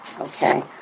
Okay